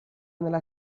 nella